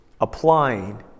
applying